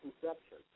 conception